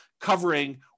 covering